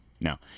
No